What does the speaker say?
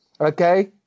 okay